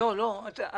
בשביל מה לי את זה?